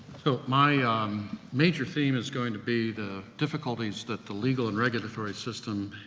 so, my um major theme is going to be the difficulties that the legal and regulatory system,